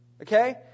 Okay